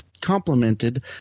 complemented